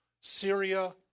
Syria